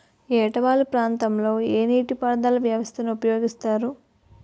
ఏట వాలు ప్రాంతం లొ ఏ నీటిపారుదల వ్యవస్థ ని ఉపయోగిస్తారు?